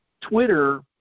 Twitter